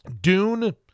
Dune